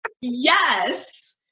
yes